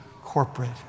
corporate